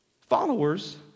Followers